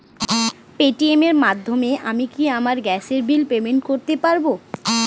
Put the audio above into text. Paytm এর মাধ্যমে আমি কি আমার গ্যাসের বিল পেমেন্ট করতে পারব?